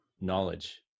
knowledge